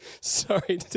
Sorry